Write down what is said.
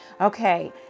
Okay